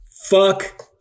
Fuck